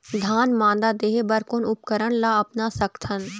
धान मादा देहे बर कोन उपकरण ला अपना सकथन?